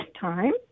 time